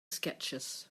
sketches